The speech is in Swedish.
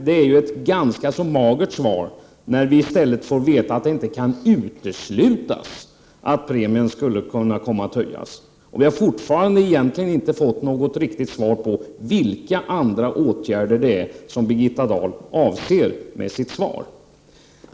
Det är ett ganska magert svar när vi får veta att det inte kan uteslutas att premien skulle kunna komma att höjas. Vi har fortfarande egentligen inte fått något riktigt svar på vilka andra åtgärder det är som Birgitta Dahl avser i sitt svar.